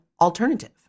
alternative